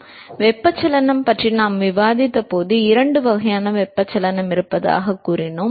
எனவே வெப்பச்சலனம் பற்றி நான் விவாதித்தபோது இரண்டு வகையான வெப்பச்சலனம் இருப்பதாகக் கூறினோம்